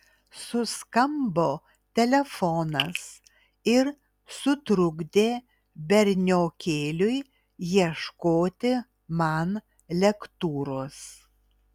suskambo telefonas ir sutrukdė berniokėliui ieškoti man lektūros